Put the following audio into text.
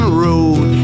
road